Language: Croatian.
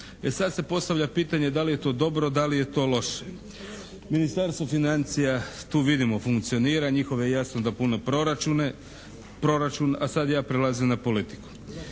sad se postavlja pitanje da li je to dobro, da li je to loše? Ministarstvo financija tu vidimo funkcionira, njihovo je jasno da pune proračun a sad ja prelazim na politiku.